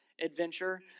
adventure